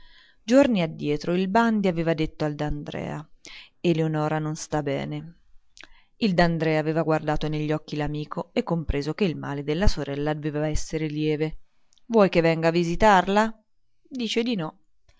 giorni addietro il bandi aveva detto al d'andrea eleonora non sta bene il d'andrea aveva guardato negli occhi l'amico e compreso che il male della sorella doveva esser lieve vuoi che venga a visitarla dice di no